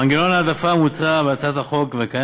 מנגנון ההעדפה המוצע בהצעת החוק והקיים